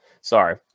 sorry